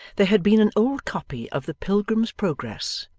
there had been an old copy of the pilgrim's progress,